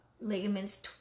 ligaments